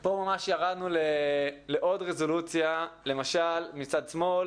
פה ממש ירדנו לעוד רזולוציה, למשל מצד שמאל,